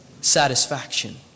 satisfaction